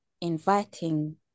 inviting